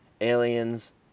aliens